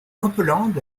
copeland